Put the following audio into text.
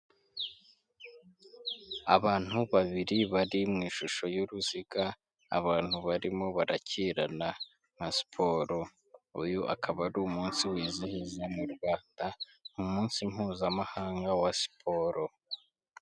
Abantu babiri bari mu ishusho y'uruziga, abantu barimo barakirana nka siporo, uyu akaba ari umunsi wizihizwa mu Rwanda, umunsi mpuzamahanga wa siporo.